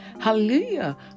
Hallelujah